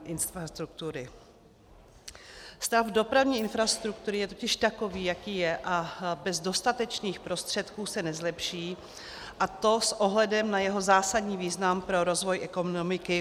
Stav dopravní infrastruktury je totiž takový, jaký je, a bez dostatečných prostředků se nezlepší, a to s ohledem na jeho zásadní význam pro rozvoj ekonomiky.